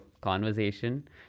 conversation